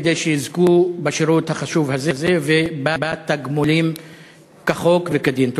כדי שיזכו בשירות החשוב הזה ובתגמולים כחוק וכדין.